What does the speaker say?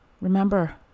Remember